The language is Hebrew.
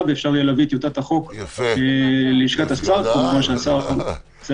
ונוכל להציע את טיוטת החוק ללשכת השר לאישורו,